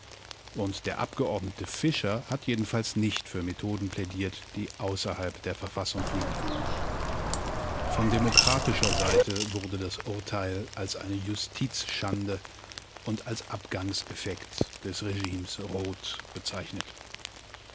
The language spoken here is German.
und der abgeordnete fischer hat jedenfalls nicht für methoden plädiert die außerhalb der verfassung liegen von demokratischer seite wurde das urteil als eine justizschande und als abgangseffekt des regimes roth bezeichnet